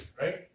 right